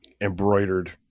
embroidered